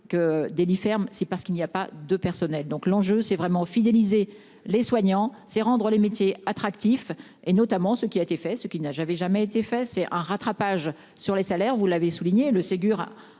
que Delhi ferme, c'est parce qu'il n'y a pas de personnel, donc l'enjeu c'est vraiment fidéliser les soignants, c'est rendre les métiers attractifs et notamment ce qui a été fait ce qu'il n'a, j'avais jamais été fait, c'est un rattrapage sur les salaires, vous l'avez souligné le Ségur a